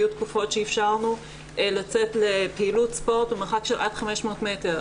היו תקופות שאפשרנו לצאת לפעילות ספורט במרחב של עד 500 מטר,